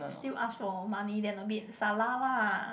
still ask for money then a bit salah lah